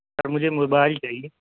سر مجھے موبائل چاہیے